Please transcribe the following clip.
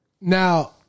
Now